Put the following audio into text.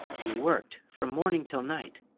we worked from morning til night,